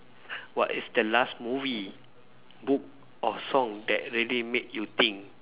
what is the last movie book or song that really made you think